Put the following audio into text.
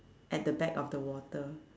at the back of the water